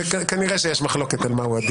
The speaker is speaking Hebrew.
כנראה שיש מחלוקת על מהו הדין.